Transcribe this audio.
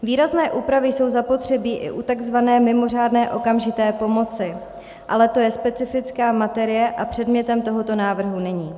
Výrazné úpravy jsou zapotřebí i u takzvané mimořádné okamžité pomoci, ale to je specifická materie a předmětem tohoto návrhu není.